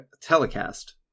telecast